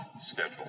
Schedule